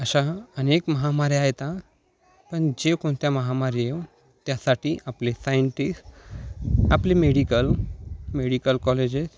अशा अनेक महामाऱ्या आहेत हां पण जे कोणत्या महामारी आहे त्यासाठी आपले सायंटिस्ट आपले मेडिकल मेडिकल कॉलेजेस